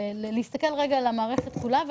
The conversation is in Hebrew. כדי להסתכל על המערכת כולה.